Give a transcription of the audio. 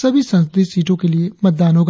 सभी संसदीय सीटों के लिए मतदान होगा